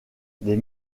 des